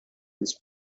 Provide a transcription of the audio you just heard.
this